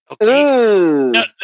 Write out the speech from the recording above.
Okay